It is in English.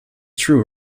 true